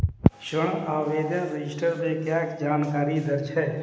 ऋण आवेदन रजिस्टर में क्या जानकारी दर्ज है?